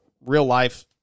real-life